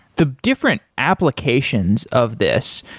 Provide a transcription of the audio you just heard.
the different applications of this,